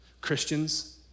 Christians